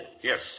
Yes